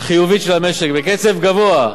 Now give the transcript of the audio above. החיובית של המשק בקצב גבוה,